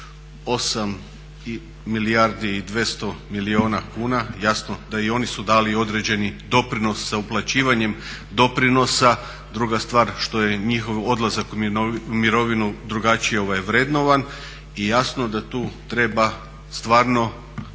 8 milijardi i 200 milijuna kuna, jasno da i oni su dali određeni doprinos sa uplaćivanjem doprinosa. Druga stvar što je njihov odlazak u mirovinu drugačije vrednovan i jasno da tu treba stvarno